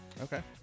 Okay